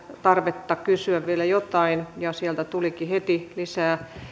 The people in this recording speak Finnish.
tarvetta kysyä vielä jotain ja sieltä tulikin heti lisää